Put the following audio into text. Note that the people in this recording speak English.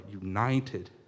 united